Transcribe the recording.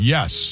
Yes